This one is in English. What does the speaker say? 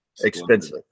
Expensive